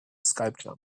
sculpture